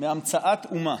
מהמצאת אומה.